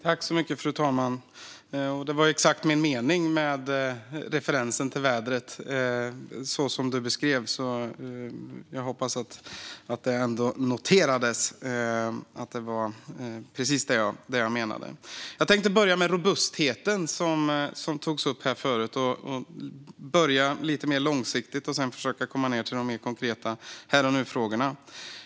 Fru talman! Det som ledamoten beskrev var exakt min mening med referensen till vädret - jag hoppas att det noterades att det var precis detta jag menade. Jag tänkte börja med robustheten, som togs upp här förut. Jag tänkte börja lite mer långsiktigt och sedan försöka att komma ned till de mer konkreta här-och-nu-frågorna.